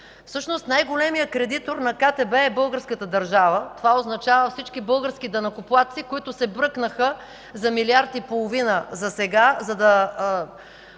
Всъщност най-големият кредитор на КТБ е българската държава –това означава всички български данъкоплатци, които се бръкнаха за милиард и половина засега, за да